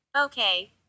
Okay